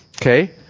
okay